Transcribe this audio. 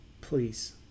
please